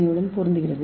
ஏ உடன் பொருந்துகிறது